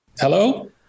Hello